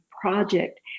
project